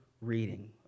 reading